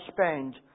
spend